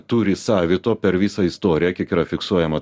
turi savito per visą istoriją kiek yra fiksuojama